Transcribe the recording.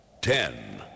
Ten